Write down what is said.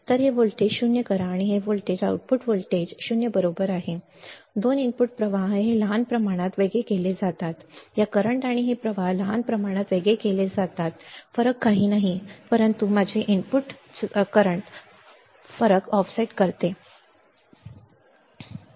तर हे व्होल्टेज 0 करा हे व्होल्टेज आउटपुट व्होल्टेज 0 बरोबर बरोबर 2 इनपुट प्रवाह हे लहान प्रमाणात वेगळे केले जातात या करंट आणि हे प्रवाह लहान प्रमाणात वेगळे केले जातात फरक काही नाही परंतु माझे इनपुट चालू फरक ऑफसेट करते काहीही नाही परंतु इनपुट ऑफसेट